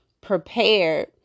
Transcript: prepared